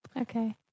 Okay